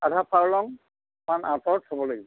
আধা ফালং মান আতঁৰত থ'ব লাগিব